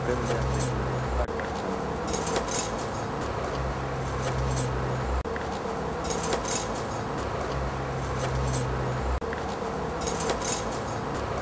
घरै आह्ले आखदे घट्ट घट्ट खानी ते ओह्